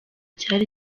cyari